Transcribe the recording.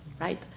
right